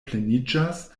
pleniĝas